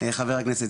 חבר הכנסת,